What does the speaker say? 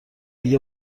دیگه